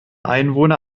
einwohner